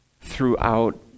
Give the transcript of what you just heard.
throughout